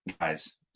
guys